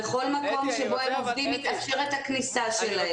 בכל מקום שבו הם עובדים מתאפשרת הכניסה שלהם.